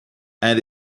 and